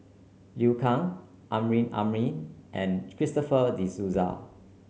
Liu Kang Amrin Amin and Christopher De Souza